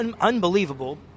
unbelievable